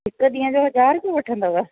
हिकु ॾींहं जो हज़ार रुपयो वठंदव